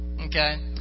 Okay